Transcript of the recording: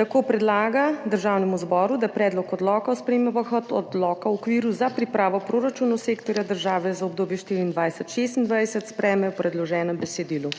Tako predlaga Državnemu zboru, da Predlog odloka o spremembah Odloka o okviru za pripravo proračunov sektorja država za obdobje 2024–2026 sprejme v predloženem besedilu.